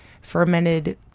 fermented